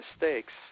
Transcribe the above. mistakes